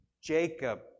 Jacob